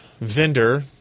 vendor